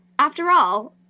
after all,